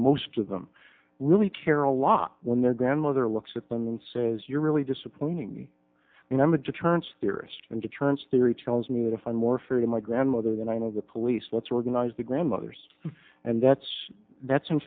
most of them really care a lot when their grandmother looks at them and says you're really disappointing you know i'm a deterrence theorist and deterrence theory tells me to find more free my grandmother than i know the police let's organize the grandmothers and that's that's in